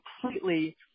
completely